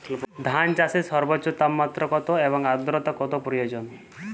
ধান চাষে সর্বোচ্চ তাপমাত্রা কত এবং আর্দ্রতা কত প্রয়োজন?